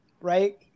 right